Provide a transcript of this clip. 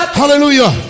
hallelujah